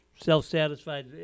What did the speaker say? self-satisfied